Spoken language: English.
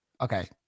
okay